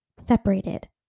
separated